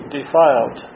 defiled